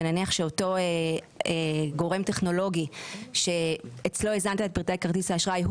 ונניח שאותו גורם טכנולוגי שאצלו הזנת את פרטי כרטיס האשראי,